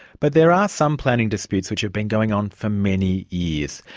but there are some planning disputes which have been going on for many years.